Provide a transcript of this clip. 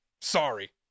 Sorry